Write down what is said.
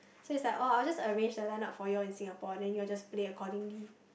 so he's like oh I'll just arrange the lineup for you all in Singapore then you all just play accordingly